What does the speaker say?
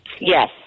Yes